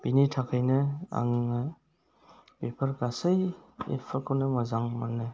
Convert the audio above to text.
बिनि थाखायनो आङो बेफोर गासै एप्सफोरखौनो मोजां मोनो